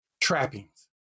trappings